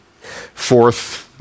fourth